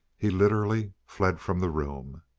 he literally fled from the room.